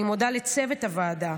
אני מודה לצוות הוועדה,